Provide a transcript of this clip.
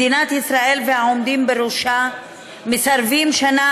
מדינת ישראל והעומדים בראשה מסרבים שנה